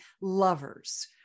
lovers